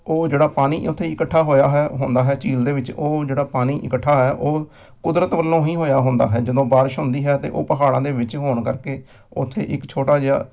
ਉਹ ਜਿਹੜਾ ਪਾਣੀ ਉੱਥੇ ਇਕੱਠਾ ਹੋਇਆ ਹੈ ਹੁੰਦਾ ਹੈ ਝੀਲ ਦੇ ਵਿੱਚ ਉਹ ਜਿਹੜਾ ਪਾਣੀ ਇਕੱਠਾ ਹੈ ਉਹ ਕੁਦਰਤ ਵੱਲੋਂ ਹੀ ਹੋਇਆ ਹੁੰਦਾ ਹੈ ਜਦੋਂ ਬਾਰਿਸ਼ ਹੁੰਦੀ ਹੈ ਤਾਂ ਉਹ ਪਹਾੜਾਂ ਦੇ ਵਿੱਚ ਹੋਣ ਕਰਕੇ ਉੱਥੇ ਇੱਕ ਛੋਟਾ ਜਿਹਾ